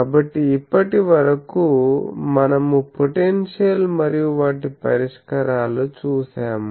కాబట్టి ఇప్పటి వరకు మనము పొటెన్షియల్ మరియు వాటి పరిష్కారాలు చూసాము